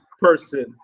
person